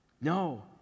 No